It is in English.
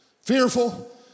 Fearful